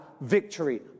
victory